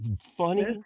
funny